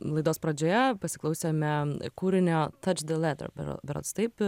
laidos pradžioje pasiklausėme kūrinio touch the leather be berods taip